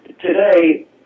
today